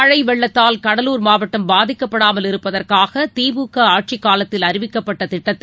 மழை வெள்ளத்தால் கடலூர் மாவட்டம் பாதிக்கப்படாமல் இருப்பதற்காக திமுக ஆட்சிக் காலத்தில் அறிவிக்கப்பட்ட திட்டத்தை